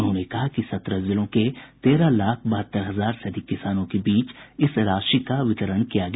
उन्होंने कहा कि सत्रह जिलों के तेरह लाख बहत्तर हजार से अधिक किसानों के बीच इस राशि का वितरण किया गया